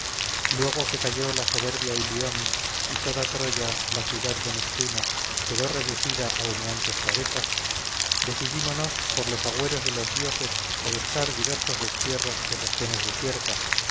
luego que cayó la soberbia ilión y toda troya la ciudad de neptuno quedó reducida a humeantes pavesas decidímonos por los agüeros de los dioses a buscar diversos destierros y regiones desiertas